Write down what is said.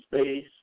space